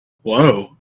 Whoa